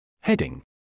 Heading